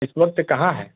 اس وقت کہاں ہیں